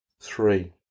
three